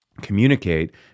communicate